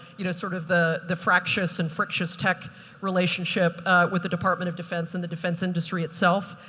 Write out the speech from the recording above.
you know, sort of the the fractious and fractious tech relationship with the department of defense in the defense industry itself.